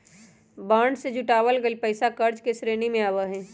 bond से जुटावल गइल पैसा कर्ज के श्रेणी में आवा हई